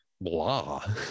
blah